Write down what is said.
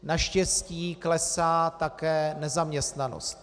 Naštěstí klesá také nezaměstnanost.